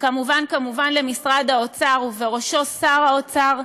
וכמובן כמובן, למשרד האוצר, ובראשו שר האוצר,